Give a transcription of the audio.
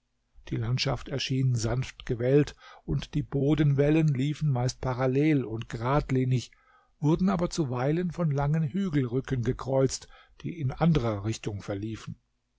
die landschaft erschien sanft gewellt und die bodenwellen liefen meist parallel und geradlinig wurden aber zuweilen von langen hügelrücken gekreuzt die in andrer richtung verliefen